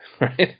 Right